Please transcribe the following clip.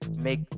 make